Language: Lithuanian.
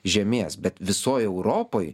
žemės bet visoj europoj